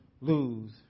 lose